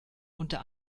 unter